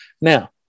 Now